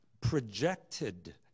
projected